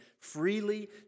freely